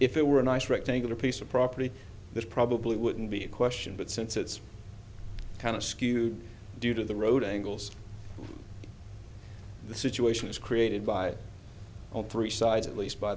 if it were a nice rectangular piece of property that probably wouldn't be a question but since it's kind of skewed due to the road angles the situation is created by all three sides at least by